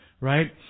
right